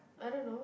I don't know